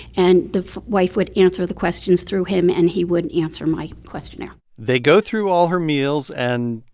and the wife would answer the questions through him. and he wouldn't answer my questionnaire they go through all her meals, and,